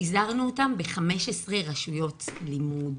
פיזרנו אותם ב-15 רשויות לימוד